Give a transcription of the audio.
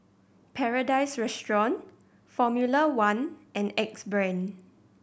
Paradise Restaurant Formula One and Axe Brand